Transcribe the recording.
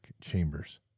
chambers